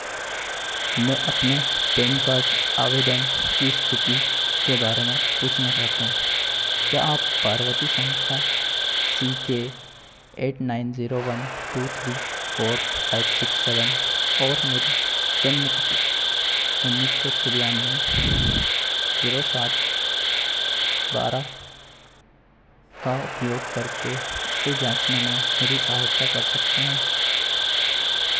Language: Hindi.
मैं अपने पैन कार्ड आवेदन की स्थिति के बारे में पूछना चाहता हूँ क्या आप पावती संख्या C K eight nine zero one two three four five six seven और मेरी जन्मतिथि उन्नीस सौ तिरयानू जीरो सात बारह का उपयोग करके इसे जाँचने में मेरी सहायता कर सकते हैं